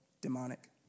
demonic